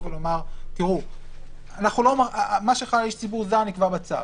ולומר מה שחל על איש ציבור זר נקבע בצו.